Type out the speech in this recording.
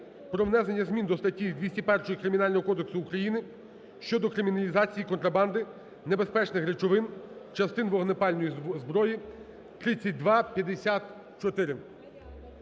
про внесення змін до статті 201 Кримінального кодексу України щодо криміналізації контрабанди небезпечних речовин, частин вогнепальної зброї (3254).